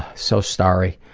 so sorry.